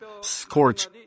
scorch